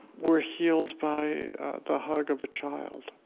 we're healed by the hug of a child.